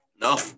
no